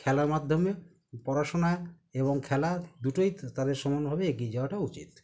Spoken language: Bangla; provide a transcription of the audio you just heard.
খেলার মাধ্যমে পড়াশুনা এবং খেলা দুটোই তাদের সমানভাবে এগিয়ে যাওয়াটা উচিত